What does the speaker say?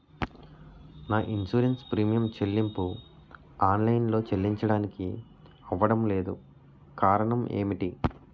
నా insurance premium చెల్లింపు online లో చెల్లించడానికి అవ్వడం లేదు కారణం ఏమిటి?